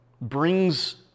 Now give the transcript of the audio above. brings